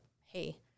hey